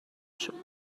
شون